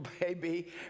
baby